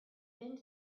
been